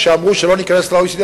כשאמרו שלא ניכנס ל-OECD,